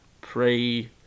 pre